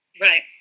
Right